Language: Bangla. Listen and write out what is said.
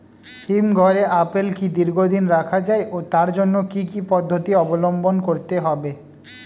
হিমঘরে আপেল কি দীর্ঘদিন রাখা যায় ও তার জন্য কি কি পদ্ধতি অবলম্বন করতে হবে?